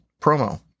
promo